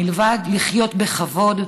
מלבד לחיות בכבוד,